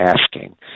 asking